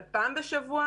אבל פעם בשבוע,